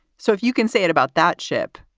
so if you can say it about that ship,